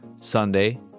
sunday